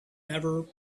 never